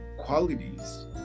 qualities